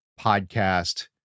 podcast